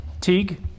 Teague